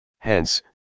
Hence